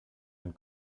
and